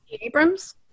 Abrams